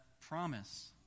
promise